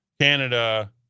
Canada